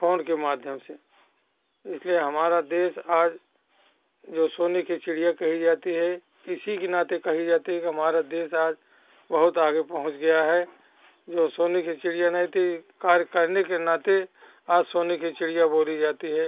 phone के माध्यम से इसलिए हमारा देश आज जो सोने की चिड़िया कही जाती है इसी के नाते कहीं जाती है कि हमारा देश आज बहुत आगे पहुँच गया है ये सोने की चिड़िया नहीं थी कार्य करने के नाते आज सोने की चिड़िया बोली जाती है